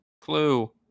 Clue